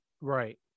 right